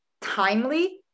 timely